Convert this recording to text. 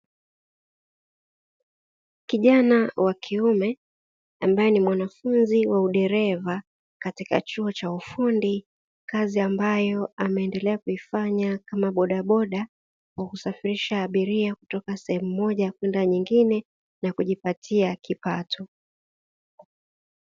Kijana wa kiume ambaye ni mwanafunzi wa udereva katika chuo cha ufundi, kazi ambayo ameendelea kuifanya kama bodaboda wa kusafirisha abiria kutoka sehemu moja kweda nyingine na kujipatia kipato.